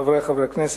חברי חברי הכנסת,